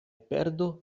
perdo